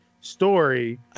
story